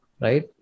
right